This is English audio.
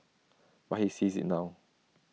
but he sees IT now